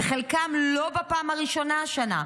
וחלקן לא בפעם הראשונה השנה.